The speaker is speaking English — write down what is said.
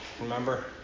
remember